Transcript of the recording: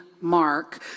Mark